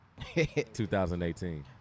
2018